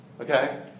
okay